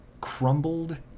crumbled